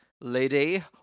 lady